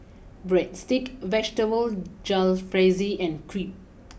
Breadsticks Vegetable Jalfrezi and Crepe